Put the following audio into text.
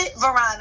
Veronica